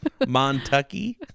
Montucky